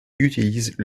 utilisent